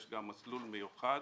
יש גם מסלול מיוחד